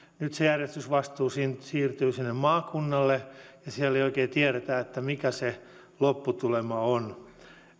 nyt se järjestämisvastuu siirtyy sinne maakunnalle ja siellä ei oikein tiedetä mikä se lopputulema on